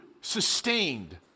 sustained